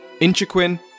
Inchiquin